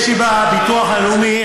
יש לי בביטוח הלאומי,